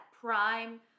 prime